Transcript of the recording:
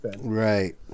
Right